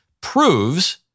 proves